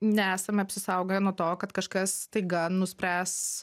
nesame apsisaugoję nuo to kad kažkas staiga nuspręs